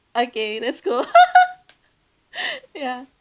okay that's cool ya